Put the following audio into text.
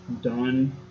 done